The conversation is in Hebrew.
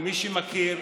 כמי שמכיר,